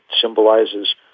symbolizes